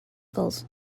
gulls